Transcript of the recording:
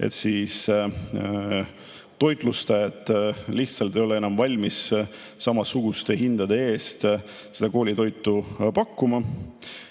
et toitlustajad lihtsalt ei ole enam valmis samasuguste hindade eest koolitoitu pakkuma.